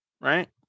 right